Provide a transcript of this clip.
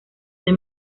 the